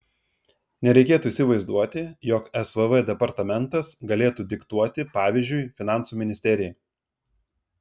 nereikėtų įsivaizduoti jog svv departamentas galėtų diktuoti pavyzdžiui finansų ministerijai